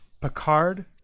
Picard